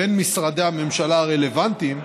בין משרדי הממשלה הרלוונטיים,